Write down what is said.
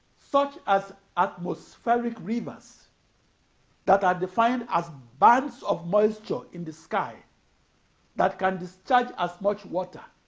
such as atmospheric rivers that are defined as bands of moisture in the sky that can discharge as much water